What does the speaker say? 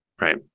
right